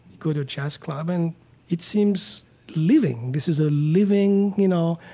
go to a jazz club, and it seems living. this is a living, you know,